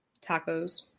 tacos